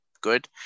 good